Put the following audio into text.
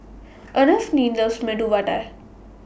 Anfernee loves Medu Vada